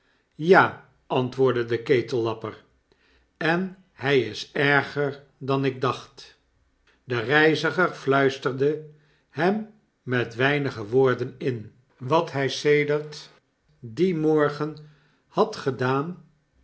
ja antwoordde de ketellapper b en hij is erger dan ik dacht de reiziger fluisterde hem met weinige woorden in wat hy sedert dien morgen had gedaan